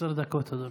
עשר דקות, אדוני.